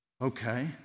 Okay